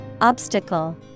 Obstacle